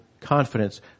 confidence